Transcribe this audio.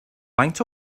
faint